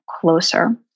closer